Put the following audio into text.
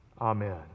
Amen